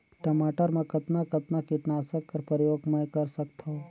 टमाटर म कतना कतना कीटनाशक कर प्रयोग मै कर सकथव?